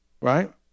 right